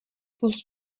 plus